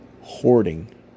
Hoarding